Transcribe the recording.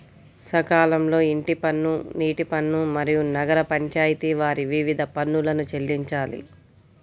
సకాలంలో ఇంటి పన్ను, నీటి పన్ను, మరియు నగర పంచాయితి వారి వివిధ పన్నులను చెల్లించాలి